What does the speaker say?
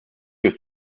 que